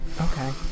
Okay